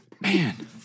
Man